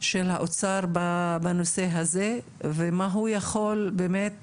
של האוצר בנושא הזה ומה הוא יכול באמת